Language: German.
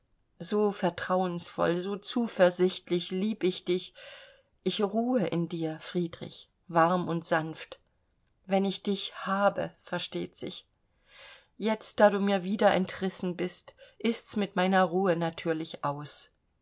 so vertrauensvoll so zuversichtlich lieb ich dich ich ruhe in dir friedrich warm und sanft wenn ich dich habe versteht sich jetzt da du mir wieder entrissen bist ist's mit meiner ruhe natürlich aus